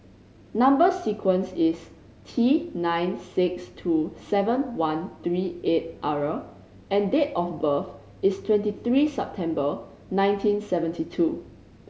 number sequence is T nine six two seven one three eight R and date of birth is twenty three September nineteen seventy two